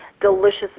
delicious